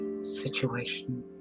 situation